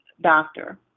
doctor